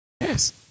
Yes